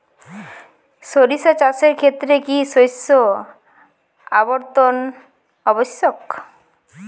সরিষা চাষের ক্ষেত্রে কি শস্য আবর্তন আবশ্যক?